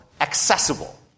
accessible